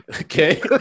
Okay